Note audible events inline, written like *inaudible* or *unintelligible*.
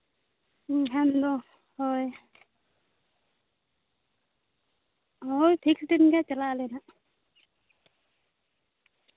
*unintelligible* ᱦᱳᱭ ᱦᱳᱭ ᱴᱷᱤᱠ ᱫᱤᱱ ᱜᱮ ᱪᱟᱞᱟᱜ ᱟᱞᱮ ᱦᱟᱸᱜ